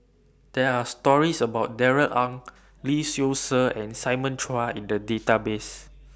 There Are stories about Darrell Ang Lee Seow Ser and Simon Chua in The Database